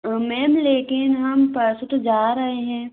ma'am लेकिन हम परसों तो जा रहे हैं